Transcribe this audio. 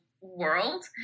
world